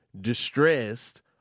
Distressed